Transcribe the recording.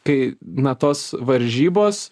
kai na tos varžybos